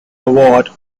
award